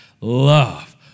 love